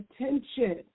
attention